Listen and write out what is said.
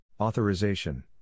Authorization